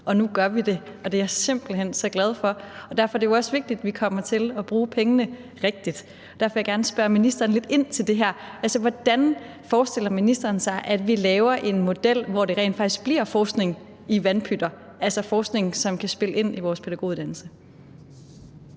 Nu gør vi det, og det er jeg simpelt hen så glad for. Og derfor er det jo også vigtigt, at vi kommer til at bruge pengene rigtigt. Derfor vil jeg gerne spørge ministeren lidt ind til det. Altså, hvordan forestiller ministeren sig, at vi laver en model, hvor det rent faktisk bliver forskning i vandpytter, altså forskning, som kan spille ind i vores pædagoguddannelse?